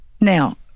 Now